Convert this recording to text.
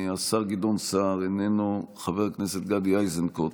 השר גדעון סער, איננו, חבר הכנסת גדי איזנקוט,